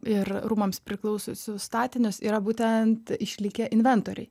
ir rūmams priklausiusius statinius yra būtent išlikę inventoriai